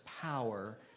power